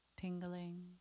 tingling